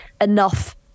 enough